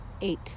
eight